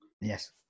Yes